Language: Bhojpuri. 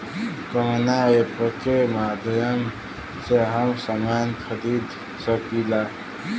कवना ऐपके माध्यम से हम समान खरीद सकीला?